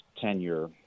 tenure